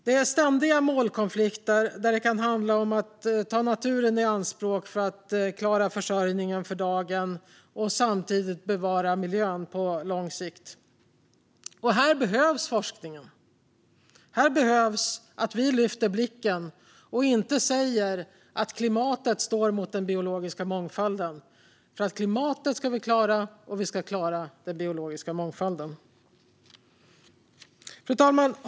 Det är ständiga målkonflikter där det kan handla om att ta naturen i anspråk för att klara försörjningen för dagen och samtidigt bevara miljön på lång sikt. Här behövs forskning och att vi lyfter blicken och inte säger att klimatet står mot den biologiska mångfalden, för vi ska klara både klimatet och den biologiska mångfalden. Fru talman!